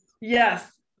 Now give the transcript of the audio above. Yes